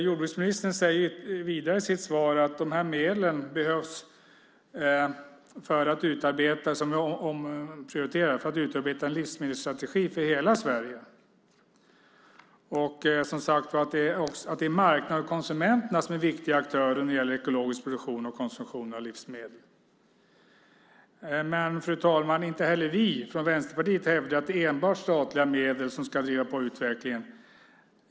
Jordbruksministern säger vidare att medlen behövs för att utarbeta - omprioritera - en livsmedelsstrategi för hela Sverige. Det är marknaden och konsumenterna som är viktiga aktörer när det gäller ekologisk produktion och konsumtion av livsmedel. Fru talman! Inte heller vi från Vänsterpartiet hävdar att det enbart är statliga medel som ska driva på utvecklingen.